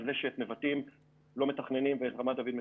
על זה שאת נבטים לא מתכננים ואת רמת דוד מתכננים.